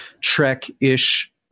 Trek-ish